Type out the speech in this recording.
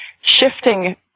shifting